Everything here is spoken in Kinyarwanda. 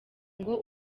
ngo